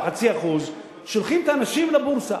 או 0.5% שולחים את האנשים לבורסה.